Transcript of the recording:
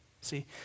See